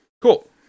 Cool